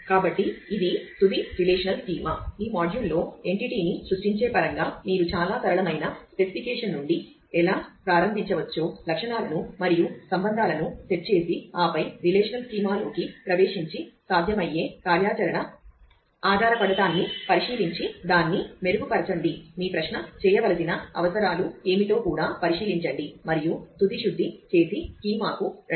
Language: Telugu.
కాబట్టి ఇది తుది రిలేషనల్ స్కీమా నుండి ఎలా ప్రారంభించవచ్చో లక్షణాలను మరియు సంబంధాలను సెట్ చేసి ఆపై రిలేషనల్ స్కీమాలోకి ప్రవేశించి సాధ్యమయ్యే కార్యాచరణ ఆధారపడటాన్ని పరిశీలించి దాన్ని మెరుగుపరచండి మీ ప్రశ్న చేయవలసిన అవసరాలు ఏమిటో కూడా పరిశీలించండి మరియు తుది శుద్ధి చేసి స్కీమాకు రండి